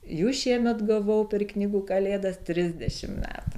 jų šiemet gavau per knygų kalėdas trisdešim metų